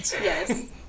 Yes